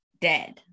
dead